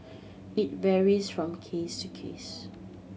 it varies from case to case